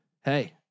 hey